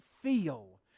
feel